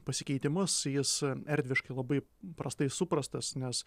pasikeitimus jis erdviškai labai prastai suprastas nes